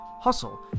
Hustle